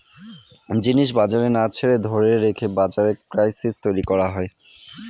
জিনিস বাজারে না ছেড়ে ধরে রেখে বাজারে ক্রাইসিস তৈরী করা হয়